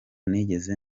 nigeze